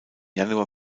januar